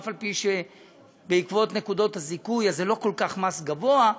אף-על-פי שבעקבות נקודות הזיכוי זה לא מס כל כך גבוה,